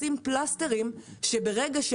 בזה נסיים את הפרשה הזאת, ועכשיו לעצם